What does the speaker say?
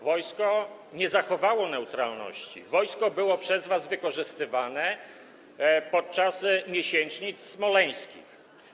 Wojsko nie zachowało neutralności, wojsko było przez was wykorzystywane podczas miesięcznic smoleńskich.